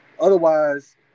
otherwise